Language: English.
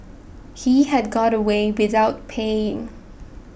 he had got away without paying